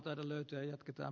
juuri näin ed